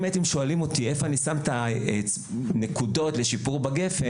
אם הייתם שואלים אותי איפה אני שם את הנקודות לשיפור בגפ"ן,